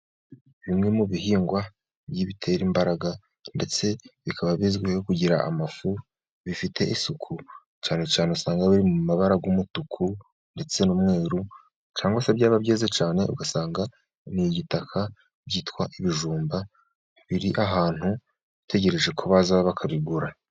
Bimwe mu bihingwa bitera imbaraga ndetse bikaba bizwiho kugira amafu bifite isuku, cyane cyane usanga biri mu mabara y'umutuku ndetse n'umweru, cyangwa se byaba byeza cyane ugasanga ni igitaka, byitwa ibijumba biri ahantu bitegereje ko baza bakabigura.